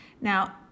Now